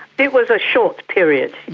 it was a short period,